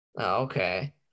Okay